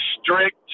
strict